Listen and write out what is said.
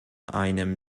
einem